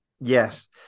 Yes